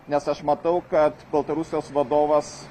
nes aš matau kad baltarusijos vadovas